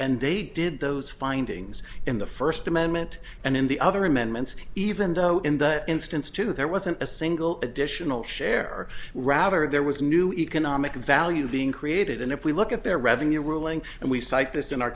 and they did those findings in the first amendment and in the other amendments even though in that instance two there wasn't a single additional share rather there was new economic value being created and if we look at their revenue ruling and we cite this in our